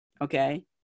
okay